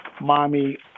mommy